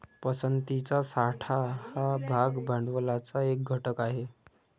पसंतीचा साठा हा भाग भांडवलाचा एक घटक आहे